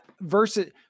versus